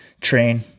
train